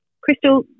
Crystal